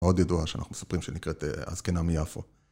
מאוד ידוע שאנחנו מספרים שנקראת הזקנה מיפו.